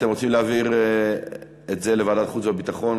אתם רוצים להעביר את זה לוועדת החוץ והביטחון,